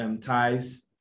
ties